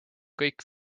kõik